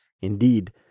Indeed